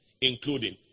including